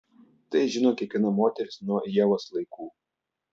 tai žino kiekviena moteris nuo ievos laikų